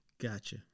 Gotcha